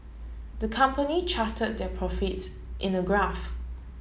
the company charted the profits in the graph